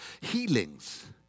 healings